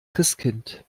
christkind